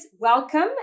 welcome